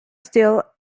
still